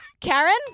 Karen